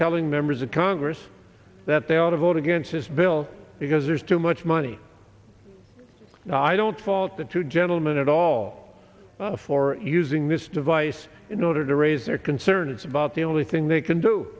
telling members of congress that they ought to vote against this bill because there's too much money no i don't fault the two gentlemen at all for using this device in order to raise their concern it's about the only thing they can do